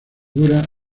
dura